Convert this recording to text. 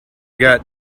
got